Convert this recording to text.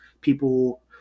people